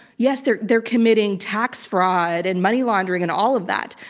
yes, they're they're committing tax fraud and money laundering and all of that,